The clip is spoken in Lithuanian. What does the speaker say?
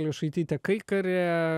elijošaitytė kaikarė